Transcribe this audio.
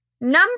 Number